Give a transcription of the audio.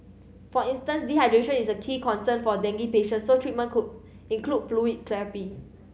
for instance dehydration is a key concern for dengue patients so treatment could include fluid therapy